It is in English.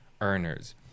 earners